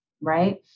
right